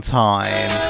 time